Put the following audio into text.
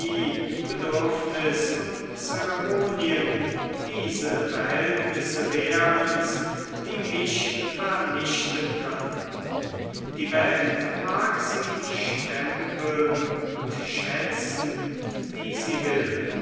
bedürfnis und zeremonien diese verhältnisse wären's die mich vernichten könnten die welt mag sie stempeln und schätzen wie sie will